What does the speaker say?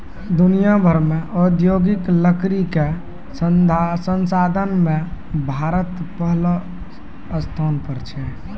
दुनिया भर मॅ औद्योगिक लकड़ी कॅ संसाधन मॅ भारत पहलो स्थान पर छै